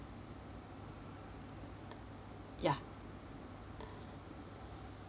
ya